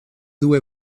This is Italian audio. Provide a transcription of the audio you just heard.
due